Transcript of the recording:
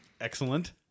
excellent